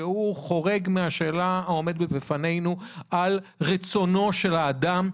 שהוא חורג מהשאלה העומדת בפנינו על רצונו של האדם,